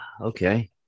Okay